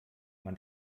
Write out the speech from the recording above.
man